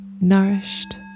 nourished